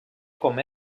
com